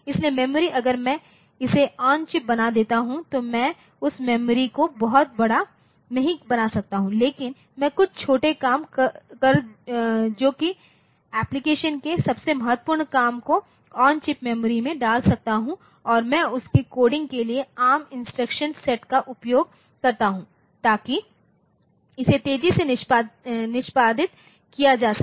इसलिए मेमोरी अगर मैं इसे ऑन चिप बना देता हूं तो मैं उस मेमोरी को बहुत बड़ा नहीं बना सकता लेकिन मैं कुछ छोटे काम कर जो कि एप्लिकेशन के सबसे महत्वपूर्ण काम को ऑन चिप मेमोरी डाल सकता हूं और मैं उनके कोडिंग के लिए एआरएम इंस्ट्रक्शन सेट का उपयोग करता हूं ताकि इसे तेजी से निष्पादित किया जा सके